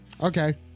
Okay